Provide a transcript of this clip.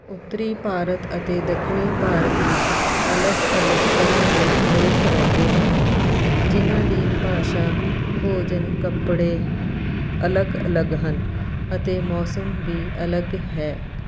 ਉੱਤਰੀ ਭਾਰਤ ਅਤੇ ਦੱਖਣੀ ਭਾਰਤ ਵਿੱਚ ਅਲੱਗ ਅਲੱਗ ਤਰ੍ਹਾਂ ਦੇ ਲੋਕ ਰਹਿੰਦੇ ਹਨ ਜਿਨ੍ਹਾਂ ਦੀ ਭਾਸ਼ਾ ਭੋਜਨ ਕੱਪੜੇ ਅਲੱਗ ਅਲੱਗ ਹਨ ਅਤੇ ਮੌਸਮ ਵੀ ਅਲੱਗ ਹੈ